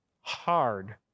hard